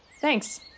thanks